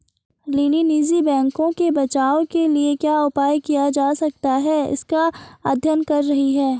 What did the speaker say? lily निजी बैंकों के बचाव के लिए क्या उपाय किया जा सकता है इसका अध्ययन कर रही है